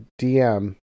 DM